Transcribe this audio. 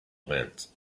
events